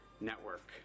network